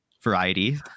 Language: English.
variety